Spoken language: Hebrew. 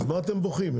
אז מה אתם בוכים?